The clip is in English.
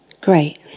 Great